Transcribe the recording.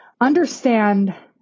understand